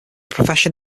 profession